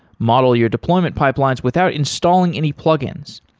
model your deployment pipelines without installing any plugins.